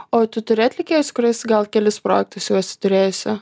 o tu turi atlikėjus su kuriais gal kelis projektus jau turėjusi